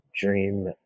dream